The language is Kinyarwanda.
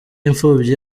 imfubyi